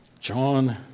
John